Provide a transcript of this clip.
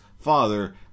father